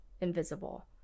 invisible